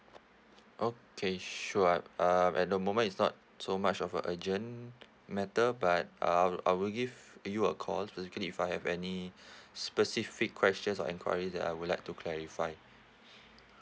okay sure um at the moment is not so much of a urgent matter but uh I will give you a call specifically if I have any specific questions or enquiries that I would like to clarify